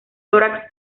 tórax